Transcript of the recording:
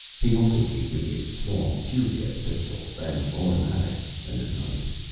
he also gave me a small tear-gas pistol, an automatic, and a knife.